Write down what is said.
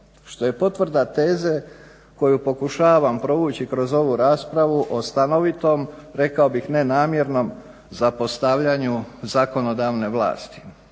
što je potvrda teze koju pokušavam provući kroz ovu raspravu o stanovitom, rekao bih nenamjernom zapostavljanju zakonodavne vlasti.